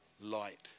light